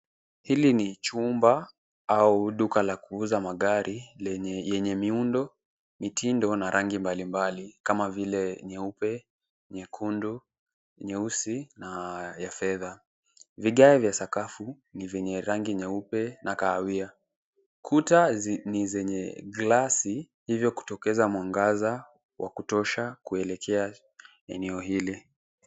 Hili ni chumba au duka la kuuza magari yenye miundo, mitindo na rangi mbalimbali kama vile nyeupe, nyekundu, nyeusi na ya fedha. Vigae vya sakafu vyenye ni rangi nyeupe na kahawia . Kuta ni zenye glasi hivyo kutokeza mwangaza wa kutosha kuelekea eneo hili.